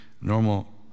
normal